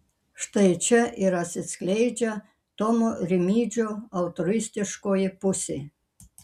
štai čia ir atsiskleidžia tomo rimydžio altruistiškoji pusė